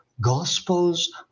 gospels